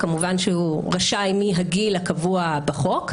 כמובן שהוא רשאי מהגיל הקבוע בחוק,